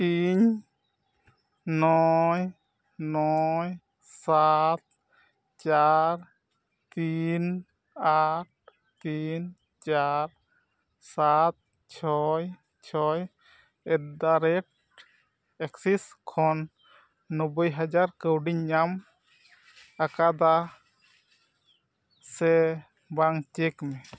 ᱤᱧ ᱱᱚᱭ ᱱᱚᱭ ᱥᱟᱛ ᱪᱟᱨ ᱛᱤᱱ ᱟᱴ ᱛᱤᱱ ᱪᱟᱨ ᱥᱟᱛ ᱪᱷᱚᱭ ᱪᱷᱚᱭ ᱮᱴᱫᱟᱼᱨᱮᱹᱴ ᱮᱠᱥᱤᱥ ᱠᱷᱚᱱ ᱱᱚᱵᱵᱳᱭ ᱦᱟᱡᱟᱨ ᱠᱟᱹᱣᱰᱤᱧ ᱧᱟᱢ ᱟᱠᱟᱫᱟ ᱥᱮ ᱵᱟᱝ ᱪᱮᱠ ᱢᱮ